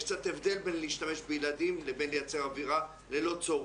יש קצת הבדל בין להשתמש בילדים לבין לייצר אווירה ללא צורך.